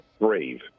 brave